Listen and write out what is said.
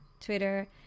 Twitter